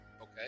Okay